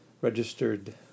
registered